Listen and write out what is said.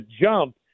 jump